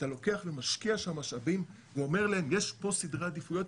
אתה לוקח ומשקיע שם משאבים ואומר להם: יש פה סדרי עדיפויות,